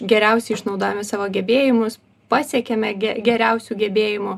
geriausiai išnaudojame savo gebėjimus pasiekėme ge geriausių gebėjimų